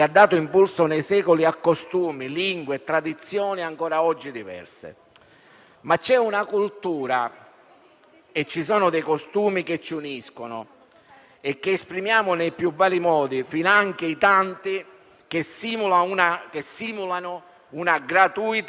Da tutti i punti di vista considerati, la norma censurata contraddice le finalità del decreto-legge n.113 del 2018, poiché la stessa non agevola il perseguimento delle finalità di controllo del territorio dichiarate dal decreto sicurezza stesso.